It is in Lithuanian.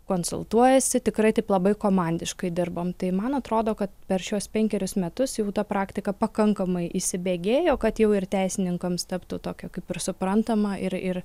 konsultuojasi tikrai taip labai komandiškai dirbam tai man atrodo kad per šiuos penkerius metus jau ta praktika pakankamai įsibėgėjo kad jau ir teisininkams taptų tokio kaip ir suprantama ir ir